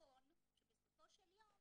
נכון שבסופו של יום